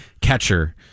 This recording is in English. Catcher